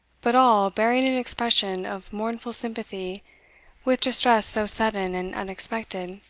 but all bearing an expression of mournful sympathy with distress so sudden and unexpected,